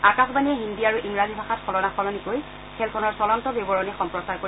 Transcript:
আকাশবাণীয়ে হিন্দী আৰু ইংৰাজী ভাষাত সলনা সলনিকৈ খেলখনৰ চলন্ত বিবৰণী সম্প্ৰচাৰ কৰিব